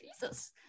Jesus